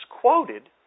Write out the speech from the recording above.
quoted